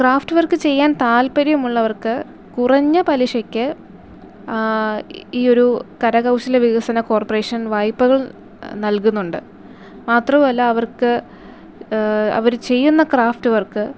craft work ചെയ്യാൻ താൽപ്പര്യം ഉള്ളവർക്ക് കുറഞ്ഞ പലിശക്ക് ഈ ഒരു കരകൗശല വികസന കോർപ്പറേഷൻ വായ്പ്പകൾ നൽകുന്നുണ്ട് മാത്രവുമല്ല അവർക്ക് അവർ ചെയ്യുന്ന ക്രാഫ്റ്റ് വർക്ക്